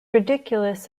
ridiculous